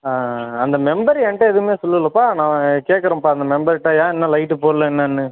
ஆ ஆ அந்த மெம்பர் ஏன்கிட்ட எதுவுமே சொல்லுலப்பா நான் கேட்குறேன்ப்பா அந்த மெம்பர்கிட்ட ஏன் இன்னும் லைட்டு போடல என்னன்னு